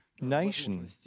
nation